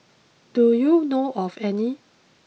do you know of any